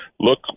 Look